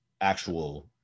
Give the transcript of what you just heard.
actual